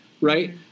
right